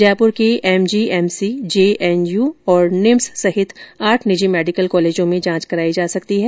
जयपूर के MGMC JNU और NIMS सहित आठ निजी मेडिकल कॉलेजों में जांच कराई जा सकती है